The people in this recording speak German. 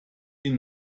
ihn